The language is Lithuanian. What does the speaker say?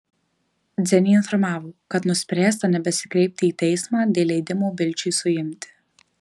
dzenį informavo kad nuspręsta nebesikreipti į teismą dėl leidimo bilčiui suimti